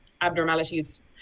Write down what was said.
abnormalities